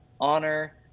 honor